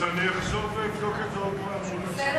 שאני אחזור ואבדוק את זה עוד פעם מול, בסדר